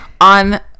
on